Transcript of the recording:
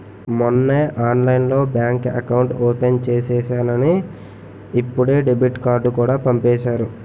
మొన్నే ఆన్లైన్లోనే bank account open చేసేసానని ఇప్పుడే డెబిట్ కార్డుకూడా పంపేసారు